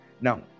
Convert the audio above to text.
now